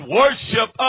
worship